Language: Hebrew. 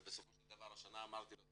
ובסופו של דבר השנה אמרתי לו,